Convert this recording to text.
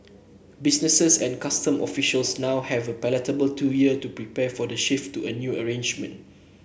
businesses and customs officials now have a palatable two year to prepare for the shift to the new arrangement